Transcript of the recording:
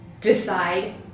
decide